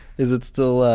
is it still ah,